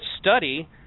study